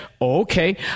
okay